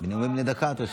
בנאומים בני דקה.